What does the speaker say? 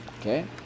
Okay